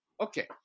Okay